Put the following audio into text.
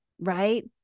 right